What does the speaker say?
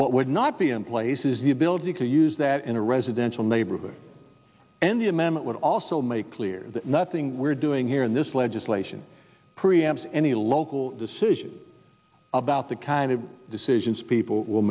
what would not be in place is the ability to use that in a residential neighborhood and the amendment would also make clear that nothing we're doing here in this legislation preempt any local decision about the kind of decisions people wi